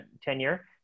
tenure